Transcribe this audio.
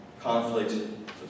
conflict